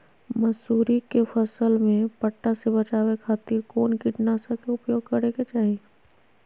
मसूरी के फसल में पट्टा से बचावे खातिर कौन कीटनाशक के उपयोग करे के चाही?